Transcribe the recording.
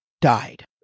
died